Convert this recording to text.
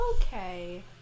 okay